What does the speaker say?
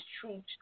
true